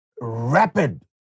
rapid